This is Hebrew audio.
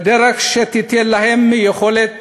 בדרך שתיתן להם יכולת